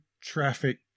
traffic